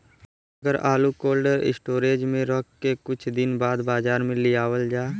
अगर आलू cold storage में रख के कुछ दिन बाद बाजार में लियावल जा?